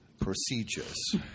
procedures